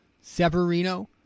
Severino